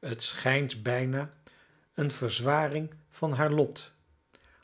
het schijnt bijna een verzwaring van haar lot